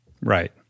Right